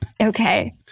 Okay